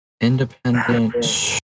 independent